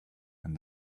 and